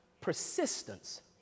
persistence